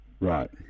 Right